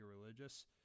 religious